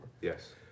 Yes